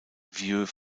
vieux